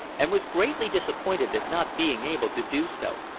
and was greatly disappointed at not being able to do so.